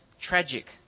tragic